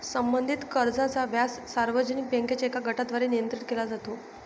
संबंधित कर्जाचा व्यवसाय सार्वजनिक बँकांच्या एका गटाद्वारे नियंत्रित केला जातो